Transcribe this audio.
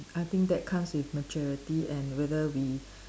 I think that comes with maturity and whether we